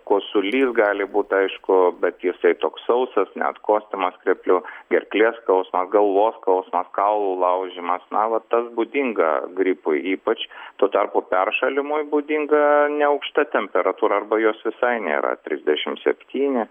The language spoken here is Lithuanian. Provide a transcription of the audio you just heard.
kosulys gali būt aišku bet jisai toks sausas neatkostima skreplių gerklės skausmas galvos skausmas kaulų laužymas na vat tas būdinga gripui ypač tuo tarpu peršalimui būdinga neaukšta temperatūra arba jos visai nėra trisdešimt septyni